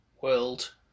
world